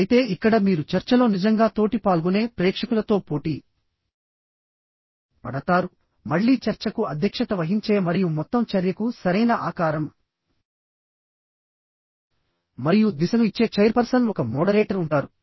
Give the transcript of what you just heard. అయితే ఇక్కడ మీరు చర్చలో నిజంగా తోటి పాల్గొనే ప్రేక్షకులతో పోటీ పడతారు మళ్ళీ చర్చకు అధ్యక్షత వహించే మరియు మొత్తం చర్యకు సరైన ఆకారం మరియు దిశను ఇచ్చే చైర్పర్సన్ ఒక మోడరేటర్ ఉంటారు